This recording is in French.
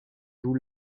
joue